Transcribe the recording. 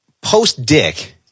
Post-dick